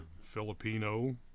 Filipino